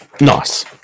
nice